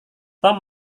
tom